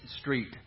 Street